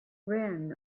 ran